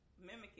mimicking